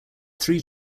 three